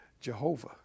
Jehovah